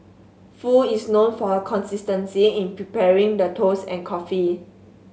Foo is known for her consistency in preparing the toast and coffee